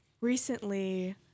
recently